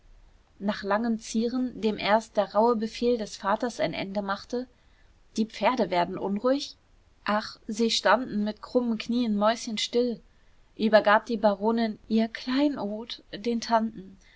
nach langem zieren dem erst der rauhe befehl des vaters ein ende machte die pferde werden unruhig ach sie standen mit krummen knien mäuschenstill übergab die baronin ihr kleinod den tanten